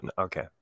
okay